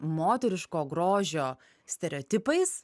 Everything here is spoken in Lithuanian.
moteriško grožio stereotipais